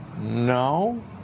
No